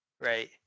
right